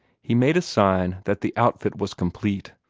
he made a sign that the outfit was complete.